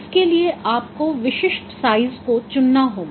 इसलिए आपको विशिष्ट साइज़ को चुनना होगा